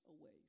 away